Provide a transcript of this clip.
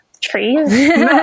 Trees